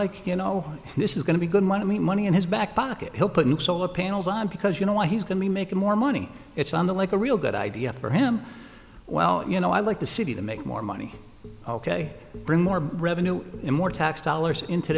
like you know this is going to be good money money in his back pocket he'll put new solar panels on because you know he's going to make more money it's on the like a real good idea for him well you know i like the city to make more money ok bring more revenue and more tax dollars into